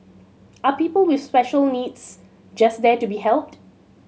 are people with special needs just there to be helped